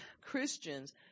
Christians